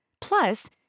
Plus